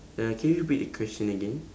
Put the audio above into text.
uh can you repeat the question again